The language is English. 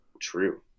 true